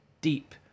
deep